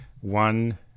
One